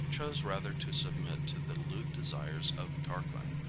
chose rather to submit to the lewd desires of tarquin,